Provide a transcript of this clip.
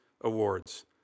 awards